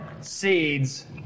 seeds